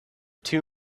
two